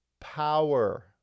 power